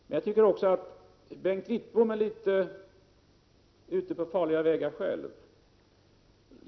Bengt Wittbom är själv ute på litet farliga vägar.